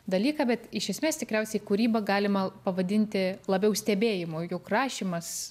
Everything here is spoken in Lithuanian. dalyką bet iš esmės tikriausiai kūrybą galima pavadinti labiau stebėjimu juk rašymas